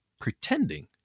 pretending